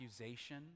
accusation